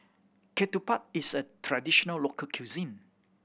ketupat is a traditional local cuisine